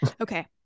Okay